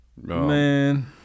Man